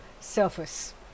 surface